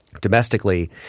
Domestically